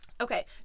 okay